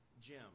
Jim